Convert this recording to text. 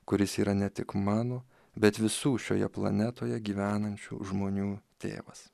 kuris yra ne tik mano bet visų šioje planetoje gyvenančių žmonių tėvas